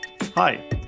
Hi